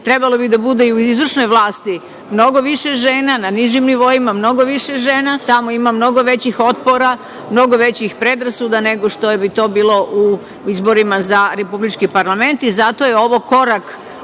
Trebalo bi da bude i u izvršnoj vlasti mnogo više žena, na nižim nivoima mnogo više žena, ali, tamo ima mnogo većih otpora, mnogo većih predrasuda nego što bi to bilo u izborima za republički parlament. Zato je ovo istorijski